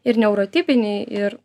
ir neurotipiniai ir